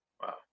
wow